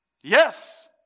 Yes